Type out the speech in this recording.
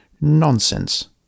Nonsense